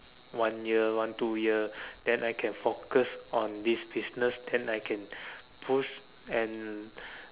one year one two year then I can focus on this business then I can boost and